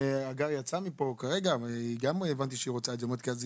הגר יצאה מפה כרגע אבל הבנתי שהיא רוצה את זה כי אז זה